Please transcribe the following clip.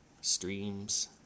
streams